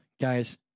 Guys